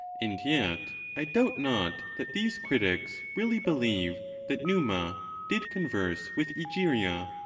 and yet, i doubt not that these critics really believe that numa did converse with egeria,